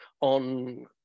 On